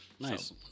Nice